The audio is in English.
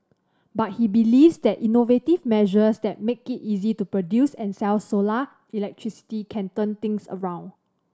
but he believes that innovative measures that make it easy to produce and sell solar electricity can turn things around